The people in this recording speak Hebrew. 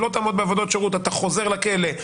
לא תעמוד בעבודות שירות אתה חוזר לכלא.